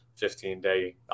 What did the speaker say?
15-day